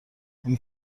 این